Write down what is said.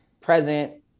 present